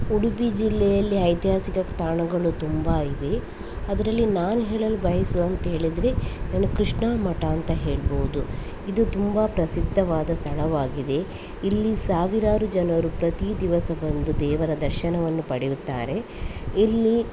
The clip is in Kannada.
ಉಡುಪಿ ಜಿಲ್ಲೆಯಲ್ಲಿ ಐತಿಹಾಸಿಕ ತಾಣಗಳು ತುಂಬ ಇವೆ ಅದರಲ್ಲಿ ನಾನು ಹೇಳಲು ಬಯಸು ಅಂತ ಹೇಳಿದರೆ ನಾನು ಕೃಷ್ಣ ಮಠ ಅಂತ ಹೇಳ್ಬೋದು ಇದು ತುಂಬ ಪ್ರಸಿದ್ಧವಾದ ಸ್ಥಳವಾಗಿದೆ ಇಲ್ಲಿ ಸಾವಿರಾರು ಜನರು ಪ್ರತಿ ದಿವಸ ಬಂದು ದೇವರ ದರ್ಶನವನ್ನು ಪಡೆಯುತ್ತಾರೆ ಇಲ್ಲಿ